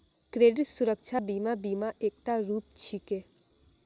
credit सुरक्षा बीमा बीमा र एकता रूप छिके